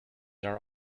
are